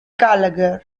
gallagher